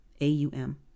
AUM